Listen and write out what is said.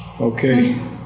Okay